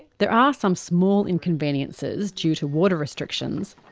there are some small inconveniences due to water restrictions.